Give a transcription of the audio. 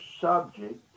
subject